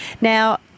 Now